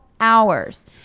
hours